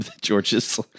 George's